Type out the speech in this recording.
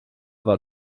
war